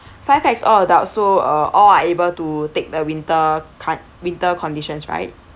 five pax all adult so uh all are able to take the winter kind winter conditions right